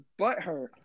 butthurt